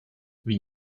wie